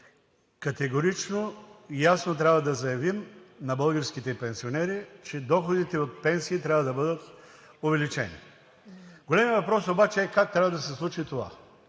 категорично и ясно трябва да заявим на българските пенсионери, че доходите от пенсиите трябва да бъдат увеличени. Големият въпрос обаче е: как трябва да се случи това?